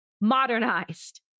modernized